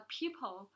people